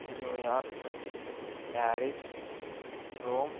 New York Paris Rome